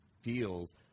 feels –